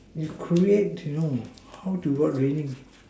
is create you know how to what raining